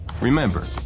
Remember